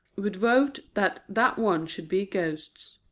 would vote that that one should be ghosts.